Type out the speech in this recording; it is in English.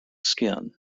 skin